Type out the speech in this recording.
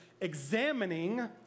examining